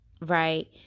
right